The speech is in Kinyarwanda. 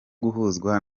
guhuzwa